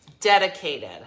dedicated